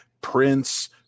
Prince